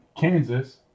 Kansas